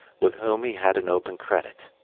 with whom he had an open credit.